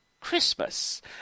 Christmas